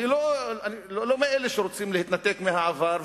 אני לא מאלה שרוצים להתנתק מהעבר,